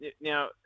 Now